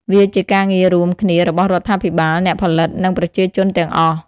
វាជាការងាររួមគ្នារបស់រដ្ឋាភិបាល អ្នកផលិត និងប្រជាជនទាំងអស់។